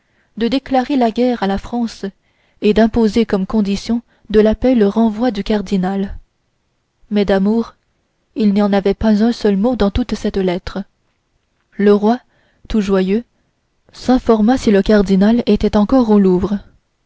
de déclarer la guerre à la france et d'imposer comme condition de la paix le renvoi du cardinal mais d'amour il n'y en avait pas un seul mot dans toute cette lettre le roi tout joyeux s'informa si le cardinal était encore au louvre